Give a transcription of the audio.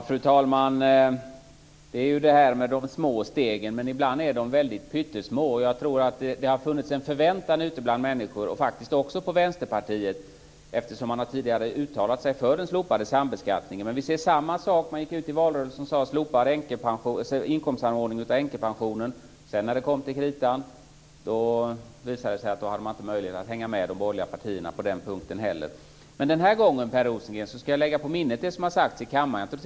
Fru talman! När det gäller de små stegen är de ibland väldigt pyttesmå. Jag tror att det har funnits en förväntan ute bland människor också på Vänsterpartiet, eftersom man tidigare har uttalat sig för en slopad sambeskattning. Samma sak var det när man gick ut i valrörelsen och sade: Slopa inkomstsamordningen av änkepensionen. När det kom till kritan visade det sig att man inte hade möjlighet att hänga med de borgerliga partierna, inte heller på den punkten. Men den här gången, Per Rosengren, ska jag lägga det som har sagts i kammaren på minnet.